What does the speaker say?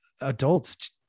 adults